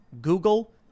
Google